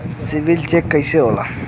CIBIL check कइसे होला?